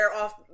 off